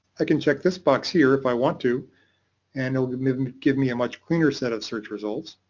i can check this box here if i want to and it will give me um give me a much cleaner set of search results.